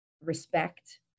respect